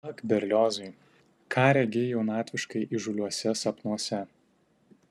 ak berliozai ką regi jaunatviškai įžūliuose sapnuose